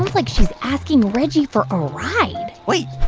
like she's asking reggie for a ride wait.